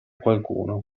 qualcuno